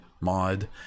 mod